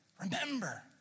remember